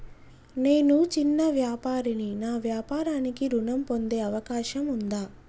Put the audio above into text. నేను చిన్న వ్యాపారిని నా వ్యాపారానికి ఋణం పొందే అవకాశం ఉందా?